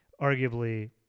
Arguably